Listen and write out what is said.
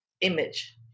image